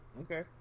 Okay